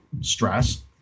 stress